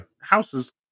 houses